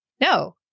no